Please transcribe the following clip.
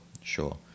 Sure